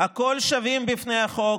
"הכול שווים בפני החוק,